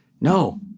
No